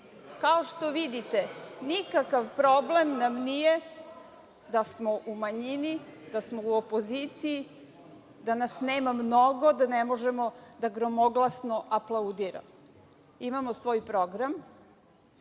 Kao što vidite, nikakav problem nam nije da smo u manjini, da smo u opoziciji, da nas nema mnogo, da ne možemo gromoglasno da aplaudiramo. Imamo svoj program.